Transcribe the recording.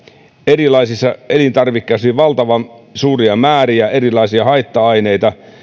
erilaisissa elintarvikkeissa oli valtavan suuria määriä erilaisia haitta aineita